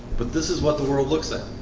but this is what the world looks at